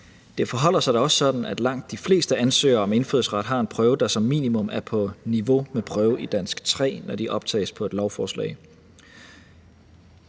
Det forholder sig da også sådan, at langt de fleste ansøgere om indfødsret har bestået en prøve, der som minimum er på niveau med prøve i dansk 3, når de optages på et lovforslag.